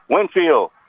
Winfield